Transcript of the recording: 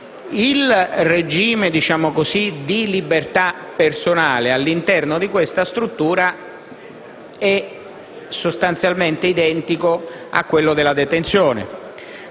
Il regime di libertà personale, all'interno di questa struttura, è sostanzialmente identico a quello della detenzione,